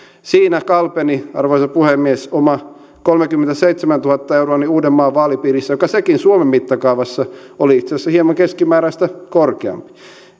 siinä kalpeni arvoisa puhemies oma kolmekymmentäseitsemäntuhatta euroani uudenmaan vaalipiirissä joka sekin suomen mittakaavassa oli itse asiassa hieman keskimääräistä korkeampi